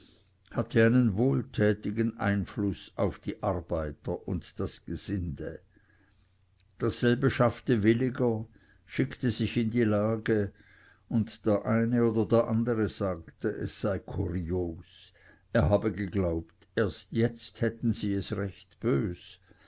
hatte einen wohltätigen einfluß auf die arbeiter und das gesinde dasselbe schaffte williger schickte sich in die lage und der eine oder der andere sagte es sei kurios er habe geglaubt erst jetzt hätten sie es recht bös